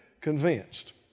convinced